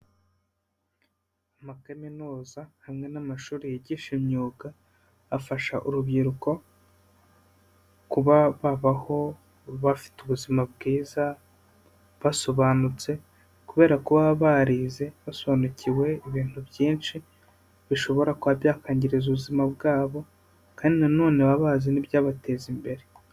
Amakaminuza hamwe n'amashuri yigisha imyuga, afasha urubyiruko kuba babaho bafite ubuzima bwiza, basobanutse kubera ko baba barize basobanukiwe ibintu byinshi, bishobora kuba byakangi ubuzima bwabo kandi nanone baba bazi n'ibyabateza imbere.